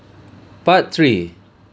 part three